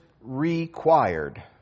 required